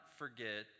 forget